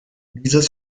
dieses